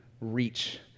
reach